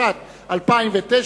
התש"ע 2009,